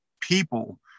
people